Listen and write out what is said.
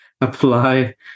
apply